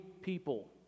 people